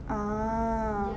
ah